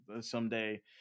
someday